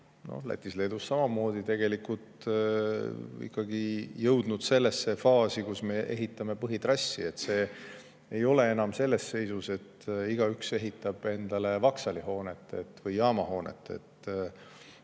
Lätis ja Leedus samamoodi – ikkagi jõudnud sellesse faasi, kus me ehitame põhitrassi. See ei ole enam selles seisus, et igaüks ehitab endale vaksalihoonet või jaamahoonet.